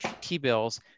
T-bills